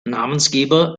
namensgeber